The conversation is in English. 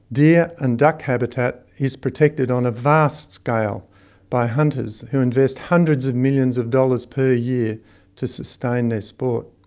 deer and duck habitat is protected on a vast scale by hunters who invest hundreds of millions of dollars per year to sustain their sport.